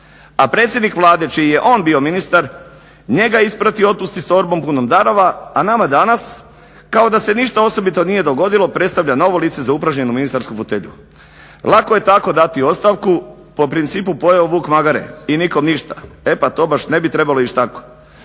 A predsjednik Vlade čiji je on bio ministar njega je isprati i otpusti s torbom punom darova, a nama danas kao da se ništa osobito nije dogodilo predstavlja novo lice za upražnjenu ministarsku fotelju. Lako je tako dati ostavku po principu pojeo vuk magare i nikom ništa. E pa to baš ne bi trebalo ići tako.